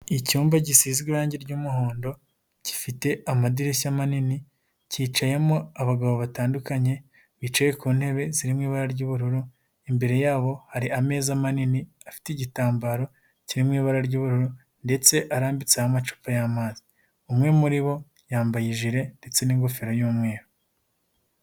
Icyumba gisize irangi ry'umuhondo gifite amadirishya manini kicayemo abagabo batandukanye bicaye ku ntebe zirimo ibara ry'ubururu, imbere yabo hari ameza manini afite igitambaro kirimo ibara ry'ubururu ndetse arambitse amacupa y'amazi umwe muri bo yambaye ijire ndetse n'ingofero y'umweru.